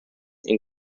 این